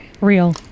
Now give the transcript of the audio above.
Real